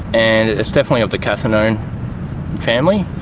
and it's definitely of the cathinone family,